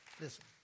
listen